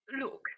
Look